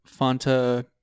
Fanta